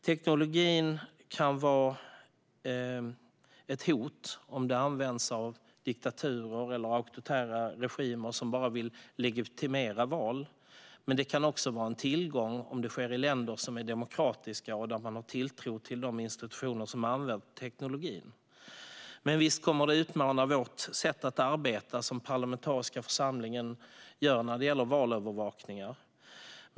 Teknologin kan vara ett hot om den används av diktaturer eller auktoritära regimer som bara vill legitimera val, men den kan också vara en tillgång om den används i länder som är demokratiska och där man har tilltro till de institutioner som använder teknologin. Visst kommer detta att utmana den parlamentariska församlingens sätt att arbeta när det gäller valövervakningar.